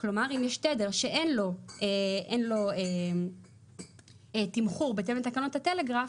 כלומר אם יש תדר שאין לו תמחור בהתאם לתקנות הטלגרף,